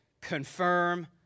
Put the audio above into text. confirm